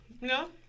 No